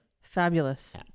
fabulous